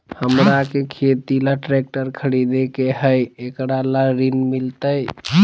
हमरा के खेती ला ट्रैक्टर खरीदे के हई, एकरा ला ऋण मिलतई?